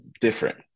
different